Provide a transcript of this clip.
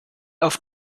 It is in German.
auf